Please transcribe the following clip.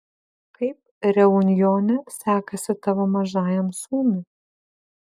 kaip reunjone sekasi tavo mažajam sūnui